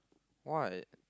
why